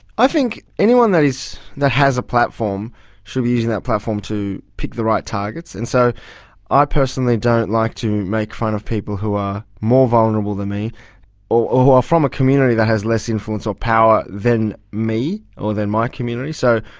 i think anyone that has a platform should be using that platform to pick the right targets, and so i personally don't like to make fun of people who are more vulnerable than me or who are from a community that has less influence or power than me or than my community. so,